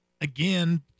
again